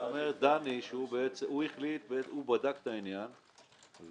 זאת אומרת שדני בדק את העניין והחליט,